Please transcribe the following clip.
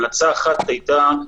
המלצה אחת הייתה,